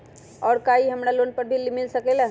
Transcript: और का इ हमरा लोन पर भी मिल सकेला?